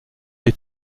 est